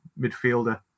midfielder